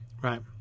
Right